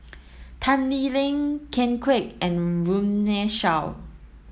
Tan Lee Leng Ken Kwek and Runme Shaw